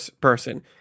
person